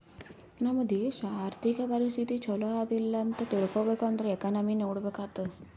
ನಮ್ ದೇಶಾ ಅರ್ಥಿಕ ಪರಿಸ್ಥಿತಿ ಛಲೋ ಅದಾ ಇಲ್ಲ ಅಂತ ತಿಳ್ಕೊಬೇಕ್ ಅಂದುರ್ ಎಕನಾಮಿನೆ ನೋಡ್ಬೇಕ್ ಆತ್ತುದ್